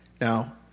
Now